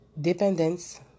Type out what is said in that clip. Dependence